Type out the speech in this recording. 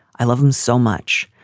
i love him so much,